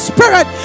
Spirit